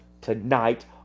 tonight